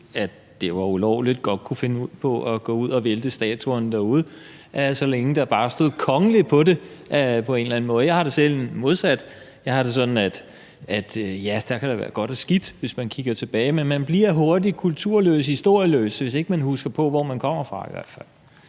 det var ulovligt, godt kunne finde på at gå ud at vælte statuerne derude, så længe der bare stod »kongelig« på dem på en eller anden måde. Jeg har det selv modsat. Jeg har det sådan, at ja, der kan da være godt og skidt, hvis man kigger tilbage, men man bliver hurtigt kulturløs, historieløs, hvis man ikke husker på, hvor man kommer fra i hvert fald.